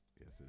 Yes